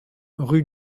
rue